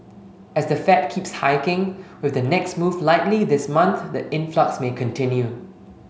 as the Fed keeps hiking with the next move likely this month the influx may continue